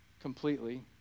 completely